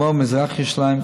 כמו במזרח ירושלים,